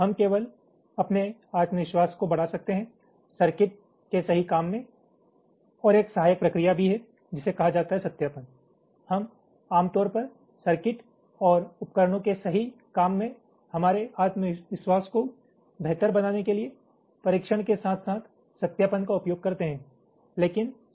हम केवल अपने आत्मविश्वास को बढ़ा सकते हैं सर्किट के सही काम में और एक सहायक प्रक्रिया भी है जिसे कहा जाता है सत्यापन हम आमतौर पर सर्किट और उपकरणों के सही काम में हमारे आत्मविश्वास को बेहतर बनाने के लिए परीक्षण के साथ साथ सत्यापन का उपयोग करते हैं